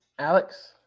Alex